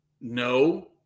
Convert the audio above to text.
No